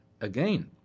Again